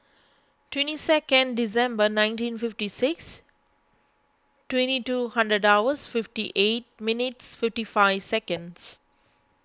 twenty second December nineteen fifty six twenty two hundred hours fifty eight minutes fifty five seconds